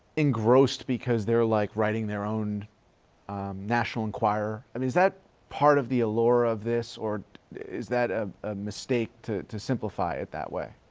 engrossed because they're like writing their own national inquirer? i mean, is that part of the allure of this or is that ah a mistake to to simplify it that way?